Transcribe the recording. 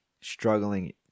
struggling